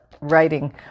Writing